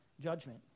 judgment